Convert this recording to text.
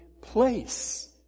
place